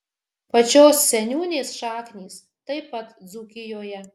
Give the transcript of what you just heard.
pačios seniūnės šaknys taip pat dzūkijoje